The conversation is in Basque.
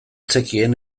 zekien